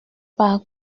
par